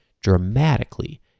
dramatically